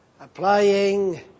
applying